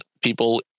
people